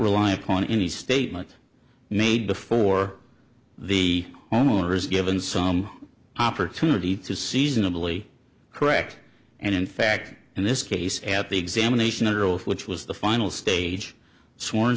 rely upon any statement made before the owner is given some opportunity through seasonably correct and in fact in this case at the examination under oath which was the final stage sworn